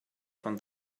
from